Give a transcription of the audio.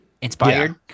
inspired